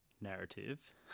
narrative